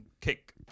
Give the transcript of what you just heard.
kick